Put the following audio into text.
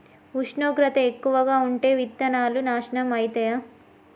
ఉష్ణోగ్రత ఎక్కువగా ఉంటే విత్తనాలు నాశనం ఐతయా?